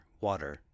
water